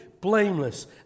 blameless